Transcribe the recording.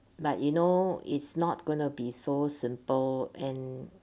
but you know it's not gonna be so simple and